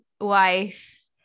wife